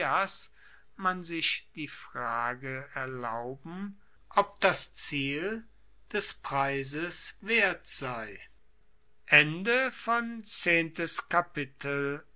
man sich die frage erlauben ob das ziel des preises wert sei